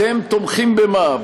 אתם תומכים במה,